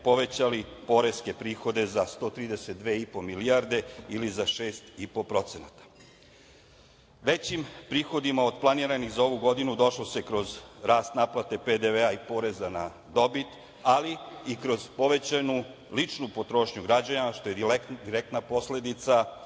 povećali poreske prihode za 132,5 milijarde ili za 6,5%.Većim prihodima od planiranih za ovu godinu došlo se kroz rast naplate PDV i poreza na dobit, ali i kroz povećanu ličnu potrošnju građana, što je direktna posledica realnog